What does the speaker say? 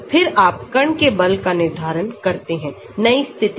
फिर आप कण के बल का निर्धारण करते हैं नई स्थिति में